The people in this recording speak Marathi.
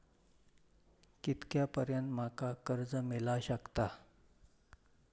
कितक्या पर्यंत माका कर्ज मिला शकता?